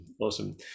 Awesome